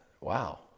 wow